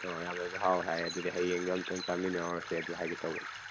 ꯑ ꯌꯥꯝꯅꯁꯨ ꯍꯥꯎꯋꯦ ꯍꯥꯏꯌꯦ ꯑꯗꯨꯗꯤ ꯍꯌꯦꯡꯗꯣ ꯑꯃꯨꯛꯇꯪ ꯆꯥꯃꯤꯟꯅꯔꯨꯔꯁꯦ ꯑꯗꯨ ꯍꯥꯏꯒꯦ ꯇꯧꯕꯅꯦ